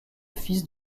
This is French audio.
fils